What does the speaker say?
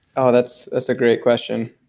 oh, that's that's a great question.